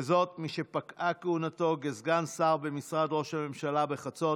וזאת משפקעה כהונתו כסגן שר במשרד ראש הממשלה בחצות